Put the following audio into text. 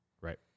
Right